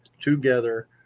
together